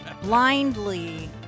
blindly